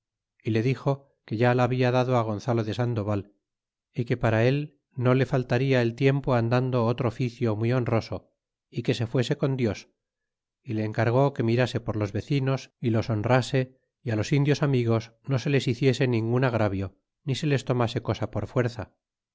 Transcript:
y le dixo que ya la habla dado gonzalo de sandoval é que para él no le faltada el tiempo andando otro oficio muy honroso é que se fuese con dios y le encargó que mirase por los vecinos é los honrace y á los indios amigos no se les hiciese ningun agravio ni se les tomase cosa por fuerza